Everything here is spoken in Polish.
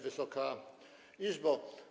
Wysoka Izbo!